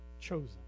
Chosen